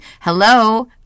hello